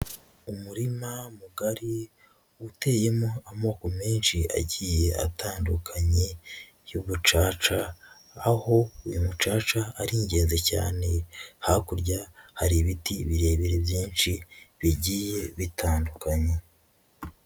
Umurima mugari uteyemo amoko menshi agiye atandukanye y'umucaca, aho uyu mucaca ari ingenzi cyane, hakurya hari ibiti birebire byinshi bigiye bitandukanye.